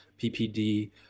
PPD